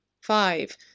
five